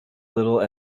little